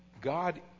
God